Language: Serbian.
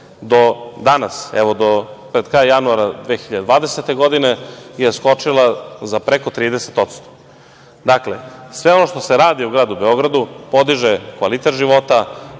do danas, do pred kraj januara 2020. godine, je skočila za preko 30%.Dakle, sve ono što se radi u gradu Beogradu podiže kvalitet života,